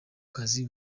kazi